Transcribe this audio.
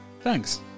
thanks